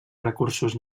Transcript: recursos